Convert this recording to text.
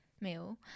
meal